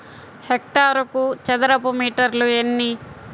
హెక్టారుకు చదరపు మీటర్లు ఎన్ని?